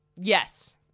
yes